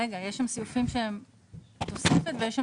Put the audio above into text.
לגבי סירוס החתולים, תכנית מס'